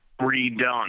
redone